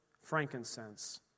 frankincense